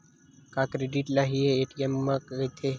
का क्रेडिट ल हि ए.टी.एम कहिथे?